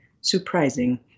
surprising